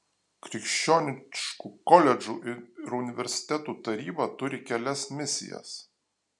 krikščioniškų koledžų ir universitetų taryba turi kelias misijas